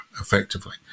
effectively